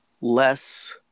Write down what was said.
less